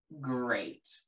great